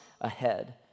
ahead